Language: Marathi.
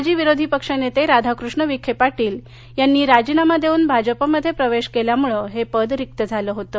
माजी विरोधी पक्ष नेते राधाकृष्ण विखे पाटील यांनी राजीनामा देऊन भाजपा मध्ये प्रवेश केल्यामुळे हे पद रिक्त झालं होतं